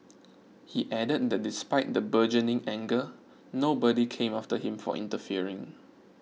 he added that despite the burgeoning anger nobody came after him for interfering